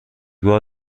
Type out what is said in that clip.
بار